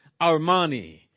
Armani